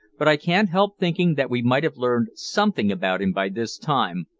but i can't help thinking that we might have learned something about him by this time,